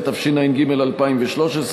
התשע"ג 2013,